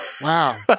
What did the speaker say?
Wow